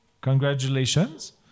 Congratulations